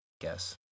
guess